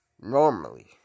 normally